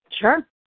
Sure